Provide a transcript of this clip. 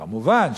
כמובן,